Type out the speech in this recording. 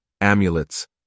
amulets